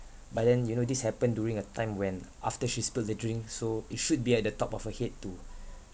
but then you know this happened during a time when after she spilled the drink so it should be at the top of her head to